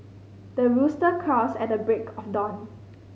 the rooster crows at the break of dawn